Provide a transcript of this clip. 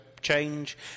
change